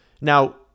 Now